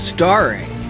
Starring